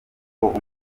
kuko